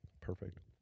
Perfect